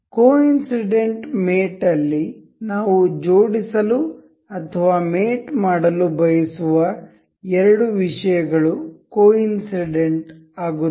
coincident mate ಅಲ್ಲಿ ನಾವು ಜೋಡಿಸಲು ಅಥವಾ ಮೇಟ್ ಮಾಡಲು ಬಯಸುವ ಎರಡು ವಿಷಯಗಳು ಕೊಇನ್ಸಿಡೆಂಟ್ ಆಗುತ್ತವೆ